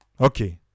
Okay